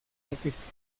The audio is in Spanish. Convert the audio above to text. artístico